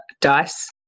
dice